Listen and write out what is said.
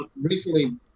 recently